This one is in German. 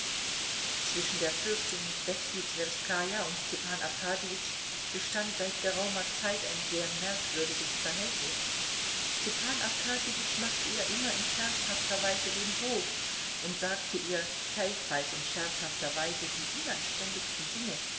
zwischen der fürstin betsy twerskaja und stepan arkadjewitsch bestand seit geraumer zeit ein sehr merkwürdiges verhältnis stepan arkadjewitsch machte ihr immer in scherzhafter weise den hof und sagte ihr gleichfalls in scherzhafter weise die unanständigsten dinge